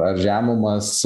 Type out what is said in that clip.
ar žemumas